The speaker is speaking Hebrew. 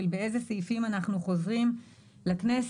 לראות באיזה סעיפים אנחנו חוזרים לכנסת,